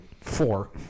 Four